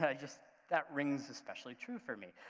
yeah just that rings especially true for me.